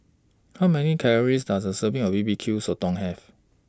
How Many Calories Does A Serving of B B Q Sotong Have